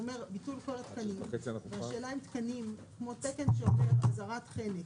והשאלה אם תקן בנוגע לאזהרת חנק